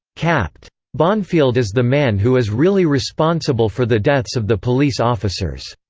capt. bonfield is the man who is really responsible for the deaths of the police officers.